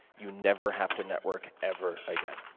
you never have to network ever again.